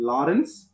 Lawrence